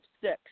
six